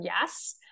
Yes